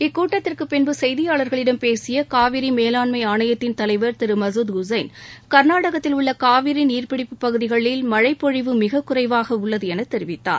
இக்கூட்டத்திற்குப் பின் செய்தியாளர்களிடம் பேசியனவிரிமேலாண்மைஆணையத்தின் தலைவர் திருமசூத் ஹூசைன் கர்நாடகத்தில் உள்ளனவிரிநீர்பிடிப்புப் பகுதிகளில் மழைப்பொழிவு மிகக்குறைவாகஉள்ளதுஎனதெரிவித்தார்